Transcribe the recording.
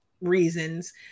reasons